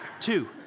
two